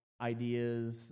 ideas